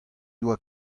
doa